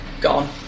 gone